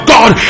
God